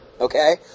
Okay